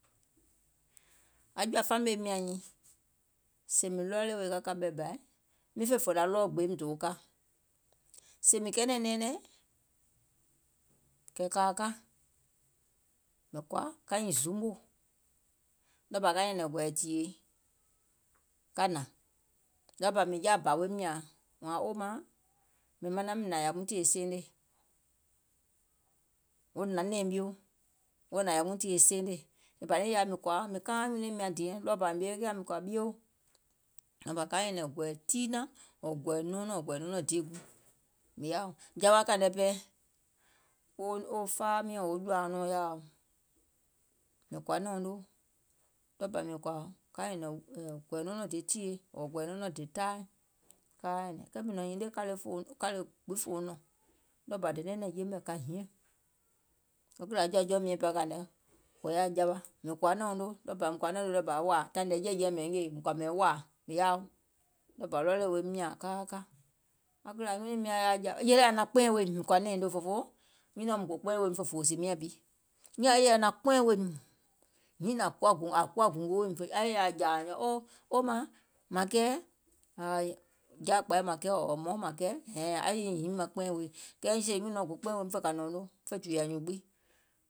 Aŋ jɔ̀ȧ family nyȧŋ nyiiŋ, sèè mìŋ ready wèè ka kȧ ɓɛ̀ bȧ, mìŋ fè fòlȧ ɗɔɔ gbee mìŋ doo ka, sèè mìŋ kɛɛnɛ̀ŋ nɛɛnɛŋ kɛ̀ kȧa ka, mìŋ kɔ̀ȧ ka nyiŋ zuumò, ɗɔɔbȧ ka nyɛ̀nɛ̀ŋ gɔ̀ɛ̀ɛ tìyèe ka hnȧŋ, ɗɔɔbȧ mìŋ jaȧ bȧ woum nyȧȧŋ, oldma, mìŋ manaŋ miŋ hnȧŋ yȧwium tìyèe seenè, wo hnȧŋ nɛ̀ɛ̀ŋ mio, wo hnȧŋ yàwuuŋ tìyèe seenè, bȧ niŋ yaàa mìŋ kɔ̀ȧa, mìŋ kaaìŋ nyunùim nyȧŋ diɛŋ, e kìlȧ mìŋ kɔ̀ȧ ɓieo ɗɔɔbȧ ka nyɛ̀nɛ̀ŋ gɔ̀ɛ̀ɛ̀ tiinȧŋ ɔ̀ɔ̀ gɔ̀ɛ̀ɛ̀ nɔɔnɔŋ ɔ̀ɔ̀ gɔ̀ɛ̀ɛ̀ nɔɔnɔŋ diè guùŋ mìŋ yaȧo, jawa kȧìŋ nɛ pɛɛ, wo faa miɔ̀ŋ wo jɔ̀ȧuŋ nɔɔ̀ŋ yaȧa mìŋ kɔ̀ȧ nɛ̀ɛ̀uŋ noo, ɗɔɔbȧ mìŋ kɔ̀ȧa ka nyɛ̀nɛ̀ŋ gɔ̀ɛ̀ɛ̀ nɔɔnɔŋ le tìyèe ɔ̀ɔ̀ gɔ̀ɛ̀ɛ̀ nɔɔnɔŋ le taai, kaa nyɛ̀nɛ̀ŋ, kɛɛ mìŋ nɔ̀ŋ hinie kȧle gbiŋ fòuŋ nɔ̀ŋ, ɗɔɔbȧ dene nɛ̀ŋje mɛ̀ ka hiȧŋ, e kìlȧ jɔ̀ȧjɔùŋ miɔ̀n kȧìŋ nɛ, wò yaȧ jawa mìŋ kɔ̀ȧ nɛ̀ɛ̀uŋ noo, mìŋ kɔ̀ȧ nɛ̀ɛ̀uŋ noo ɗɔɔbȧ wȧȧ, taìŋ nɛ jɛɛ̀jɛɛ̀ ngèè mìŋ kɔ̀ȧ mɛ̀iŋ wȧȧ mìŋ yaȧa, ɗɔɔbȧ ready woim nyȧȧŋ kaa ka, e kìlȧ nyunùim nyȧŋ yaȧ jawa, yè nyaŋ naŋ kpɛlɛ̀ŋ weèim mìŋ kɔ̀ȧ nɛ̀ɛ̀ŋ nyiŋ noo fòfoo, nyùnɔ̀ɔŋ gò kpɛɛ̀ŋ weèim fè fòòsì miȧŋ bi, miȧŋ yè nyaŋ naŋ kpɛɛ̀ŋ weèim, ȧŋ kuwa gòngo weèim, o, oldma mȧŋ kɛɛ̀, ȧȧ jaȧkpȧi mȧŋ kɛɛ̀ ɔ̀ɔ̀ hmɔŋ mȧŋ kɛɛ̀, aŋ yè nyiiŋ hiŋ maŋ kpɛɛ̀ŋ weè nyiŋ, kɛɛ sèè nyùnɔ̀ɔŋ gò kpɛɛ̀ŋ fè kȧ nɛ̀ɛ̀ùŋ noo, fè tùùyȧ nyùùŋ gbiŋ.